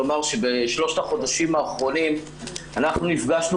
לומר שבשלושת החודשים האחרונים אנחנו נפגשנו